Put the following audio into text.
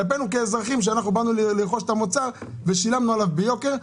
כלפינו כאזרחים שבאנו לרכוש את המוצר ושילמנו עליו ביוקר,